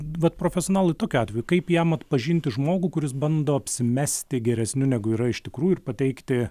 vat profesionalui tokiu atveju kaip jam atpažinti žmogų kuris bando apsimesti geresniu negu yra iš tikrųjų ir pateikti